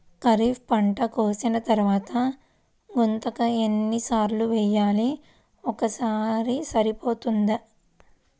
ఖరీఫ్ పంట కోసిన తరువాత గుంతక ఎన్ని సార్లు వేయాలి? ఒక్కసారి సరిపోతుందా?